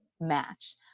match